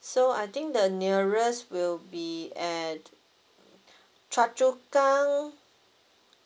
so I think the nearest will be at choa chu kang